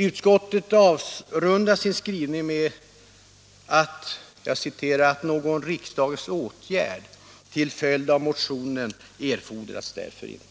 Utskottet avrundar sin skrivning med: ”Någon riksdagens åtgärd till följd av motionen erfordras därför inte.”